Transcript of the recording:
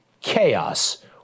chaos